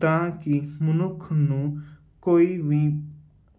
ਤਾਂ ਕਿ ਮਨੁੱਖ ਨੂੰ ਕੋਈ ਵੀ